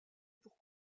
pour